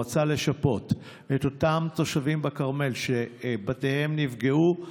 רצה לשפות את אותם תושבים בכרמל שבתיהם נפגעו,